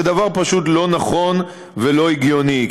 זה דבר פשוט לא נכון ולא הגיוני.